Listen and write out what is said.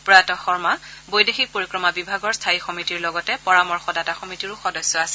প্ৰয়াত শৰ্মা বৈদেশিক পৰিক্ৰমা বিভাগৰ স্থায়ী সমিতিৰ লগতে পৰামৰ্শদাতা সমিতিৰো সদস্য আছিল